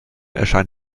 erscheint